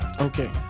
Okay